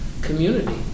community